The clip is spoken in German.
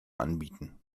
anbieten